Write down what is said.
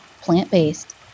plant-based